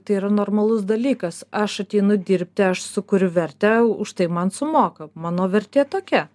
tai yra normalus dalykas aš ateinu dirbti aš sukuriu vertę už tai man sumoka mano vertė tokia